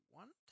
one